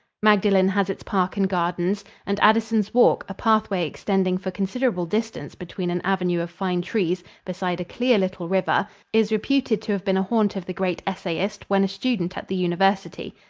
magdalen has its park and gardens, and addison's walk a pathway extending for considerable distance between an avenue of fine trees beside a clear little river is reputed to have been a haunt of the great essayist when a student at the university.